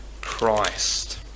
Christ